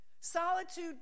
Solitude